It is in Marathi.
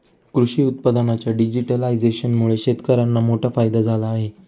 कृषी उत्पादनांच्या डिजिटलायझेशनमुळे शेतकर्यांना मोठा फायदा झाला आहे